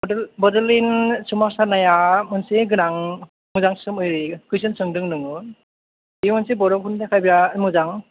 बड'लेण्ड सोमावसारनाया मोनसे गोनां मोजां स्रोमै कुइसन सोंदों नोङो बे मोनसे बर'फोरनि थाखाय बिराद मोजां